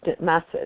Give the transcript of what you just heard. message